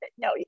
No